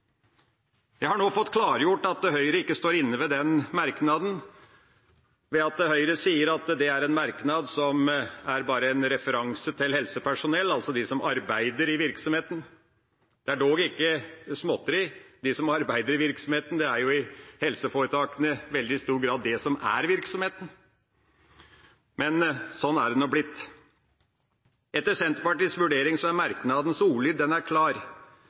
er en merknad som bare er en referanse til helsepersonell, altså de som arbeider i virksomheten. Det er dog ikke småtteri. De som arbeider i virksomheten – i helseforetakene er det i veldig stor grad de som er virksomheten. Men sånn er det nå blitt. Etter Senterpartiets vurdering er merknadens ordlyd klar. Det er